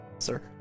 Sir